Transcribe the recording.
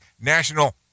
National